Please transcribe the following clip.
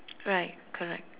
right correct